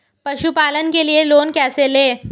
पशुपालन के लिए लोन कैसे लें?